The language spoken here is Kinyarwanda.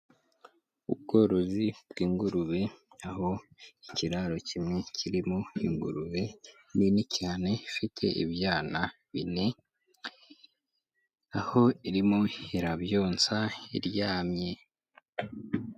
Ubworozi bw'ingurube, aho ikiraro kimwe kirimo ingurube nini cyane ifite ibyana bine, aho irimo irarabyonsa iryamye.